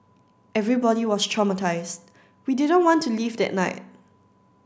everybody was traumatised we didn't want to leave that night